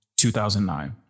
2009